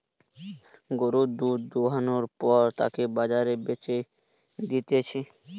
গরুর দুধ দোহানোর পর তাকে বাজারে বেচে দিতেছে